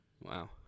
Wow